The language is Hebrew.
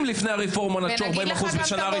נעמה, אני מבטיח לך